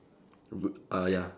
rude err ya